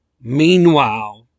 Meanwhile